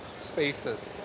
spaces